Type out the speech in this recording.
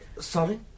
Sorry